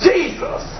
Jesus